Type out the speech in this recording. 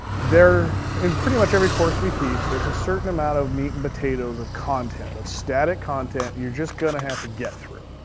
there. in pretty much every course we teach, there's a certain amount of meat and potatoes of content, of static content, you're just gonna have to get through,